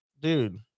dude